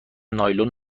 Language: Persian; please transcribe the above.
نایلون